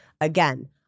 Again